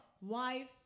wife